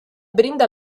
brinda